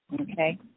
okay